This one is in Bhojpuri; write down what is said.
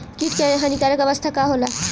कीट क हानिकारक अवस्था का होला?